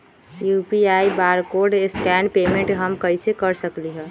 UPI barcode scan payment हम कईसे कर सकली ह?